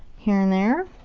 here and there.